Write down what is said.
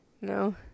no